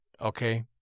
Okay